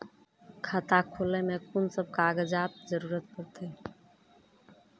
खाता खोलै मे कून सब कागजात जरूरत परतै?